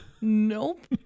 Nope